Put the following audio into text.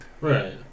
Right